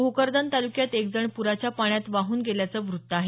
भोकरदन तालुक्यात एक जण प्राच्या पाण्यात वाहून गेल्याचं वृत्त आहे